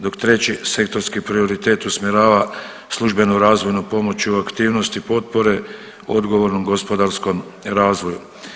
Dok treći sektorski prioritet usmjerava službenu razvojnu pomoć u aktivnosti potpore odgovornom gospodarskom razvoju.